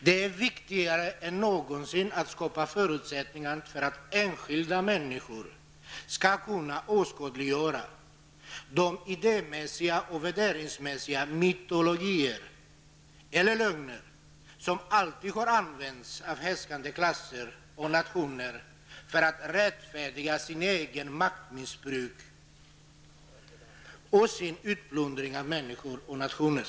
Det är i dag viktigare än någonsin att skapa förutsättningar för att enskilda människor skall kunna åskådliggöra de idémässiga och värderingsmässiga mytologier eller lögner som alltid har använts av härskande klasser och nationer för att rättfärdiga sitt eget maktmissbruk och sin utplundring av människor och nationer.